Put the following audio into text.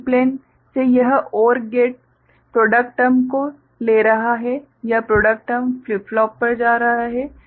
इसलिए AND plane से यह OR गेट प्रॉडक्ट टर्म को ले रहा है यह प्रॉडक्ट टर्म फ्लिप फ्लॉप पर जा रहा है